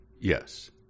Yes